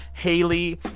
hailey,